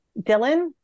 Dylan